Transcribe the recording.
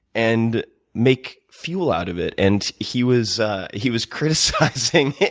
and make fuel out of it. and he was he was criticizing,